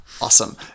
Awesome